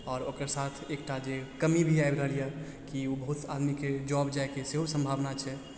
आओर ओकर साथ एकटा जे कमी भी आबि रहल यऽ कि ओ बहुत आदमीके जॉब जाइके सेहो सम्भावना छै